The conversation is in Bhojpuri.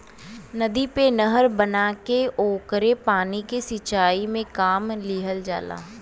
नदी पे नहर बना के ओकरे पानी के सिंचाई में काम लिहल जाला